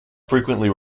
frequently